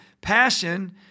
passion